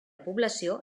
població